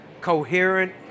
coherent